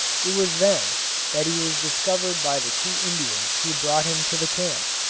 it was then that he was discovered by the two indians who brought him to the camp.